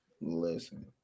Listen